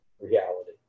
reality